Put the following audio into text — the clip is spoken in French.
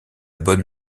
bonne